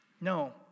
No